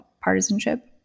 partisanship